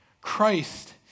Christ